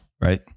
right